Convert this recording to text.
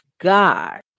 God